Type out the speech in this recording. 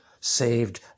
saved